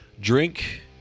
drink